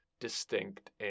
distinct